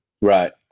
Right